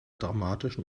dramatischen